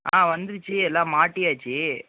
ஆ வந்துருச்சு எல்லாம் மாட்டியாச்சு